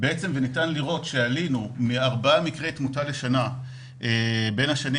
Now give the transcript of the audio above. וניתן לראות שעלינו מארבעה מקרי תמותה בשנה בין השנים